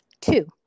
Two